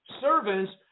servants